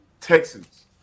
Texans